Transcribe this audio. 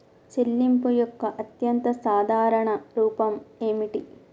చెల్లింపు యొక్క అత్యంత సాధారణ రూపం ఏమిటి?